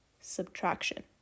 subtraction